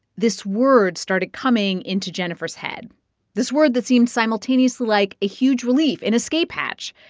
this word started coming into jennifer's head this word that seemed simultaneously like a huge relief, an escape hatch,